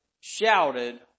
shouted